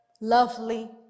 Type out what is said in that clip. Lovely